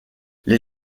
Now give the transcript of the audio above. les